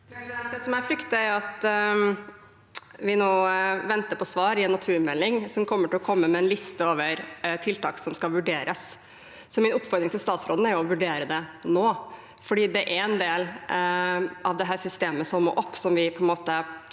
jeg frykter, er at vi nå venter på svar i en naturmelding som kommer til å komme med en liste over tiltak som skal vurderes, så min oppfordring til statsråden er jo å vurdere det nå. Det er en del av dette systemet som må opp – dette er ikke